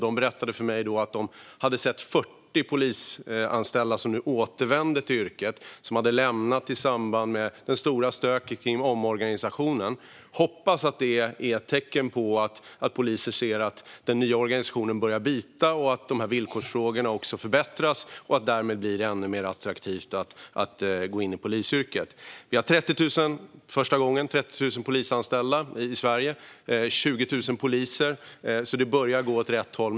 De berättade för mig att 40 polisanställda nu återvänder till yrket efter att ha lämnat det i samband med det stora stöket vid omorganisationen. Jag hoppas att detta är ett tecken på att poliser ser att den nya organisationen börjar bita, att villkorsfrågorna förbättras och att det därmed blir ännu mer attraktivt att gå in i polisyrket. Vi har för första gången 30 000 polisanställda i Sverige, varav 20 000 poliser, så det börjar gå åt rätt håll.